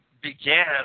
began